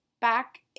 back